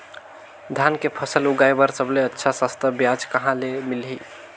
धान के फसल उगाई बार सबले अच्छा सस्ता ब्याज कहा ले मिलही?